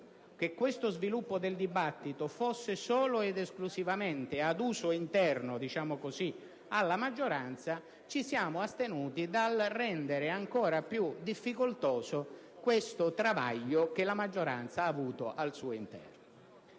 che questo sviluppo del dibattito fosse solo ed esclusivamente ad uso interno alla maggioranza, ci siamo astenuti dal rendere ancora più difficoltoso questo travaglio che la maggioranza ha avuto al suo interno.